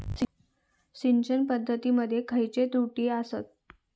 सिंचन पद्धती मध्ये खयचे त्रुटी आसत?